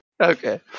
Okay